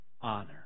Honor